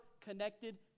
connected